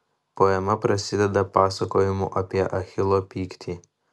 poema prasideda pasakojimu apie achilo pyktį